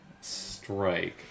strike